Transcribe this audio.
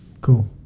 Cool